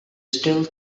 still